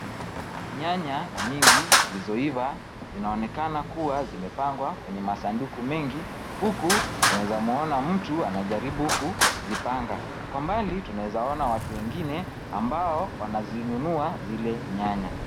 Nyanya nyingi zilizoiva zinaonekana kuwa zimepangwa kwenye masanduku mengi huku tunaweza mwona mtu anayejaribu kuzipanga. Kwa mbali tunaweza ona watu wengine ambao wanazinunua zile nyanya.